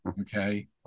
Okay